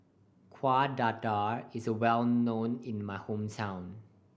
Kuih Dadar is well known in my hometown